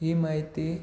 ही माहिती